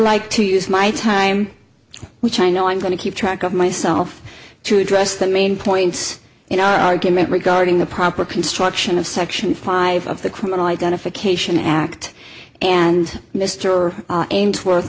like to use my time which i know i'm going to keep track of myself to address the main points in our argument regarding the proper construction of section five of the criminal identification act and mr ames wor